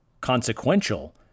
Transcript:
consequential